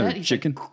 chicken